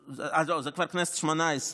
לא, זאת כבר הכנסת השמונה-עשרה.